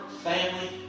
family